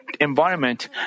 environment